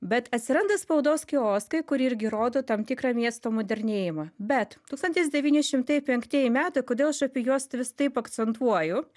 bet atsiranda spaudos kioskai kurie irgi rodo tam tikrą miesto modernėjimą bet tūkstantis devyni šimtai penktieji metai kodėl aš apie juos vis taip akcentuoju